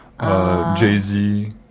Jay-Z